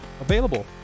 available